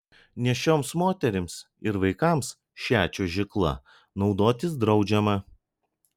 nėščioms moterims ir vaikams šia čiuožykla naudotis draudžiama